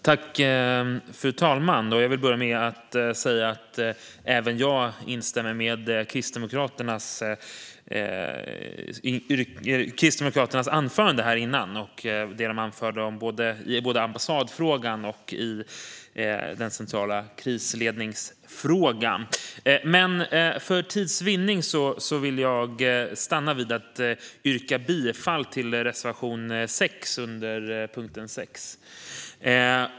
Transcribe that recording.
Fru talman! Jag vill börja med att säga att även jag instämmer i Kristdemokraternas anförande och det som anfördes i både ambassadfrågan och frågan om central krisledning. För tids vinnande vill jag stanna vid att yrka bifall till reservation 6 under punkt 6.